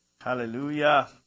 Hallelujah